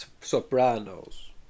Sopranos